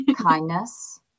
kindness